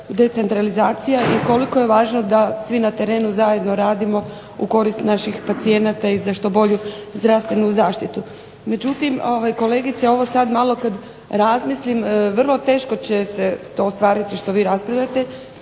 i koliko je važno da svi na terenu zajedno radimo u korist naših pacijenata i za što bolju zdravstvenu zaštitu. Međutim, kolegice ovo sad malo kad razmislim vrlo teško će se to ostvariti što vi raspravljate.